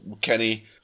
Kenny